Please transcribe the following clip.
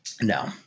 No